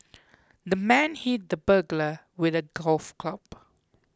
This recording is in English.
the man hit the burglar with a golf club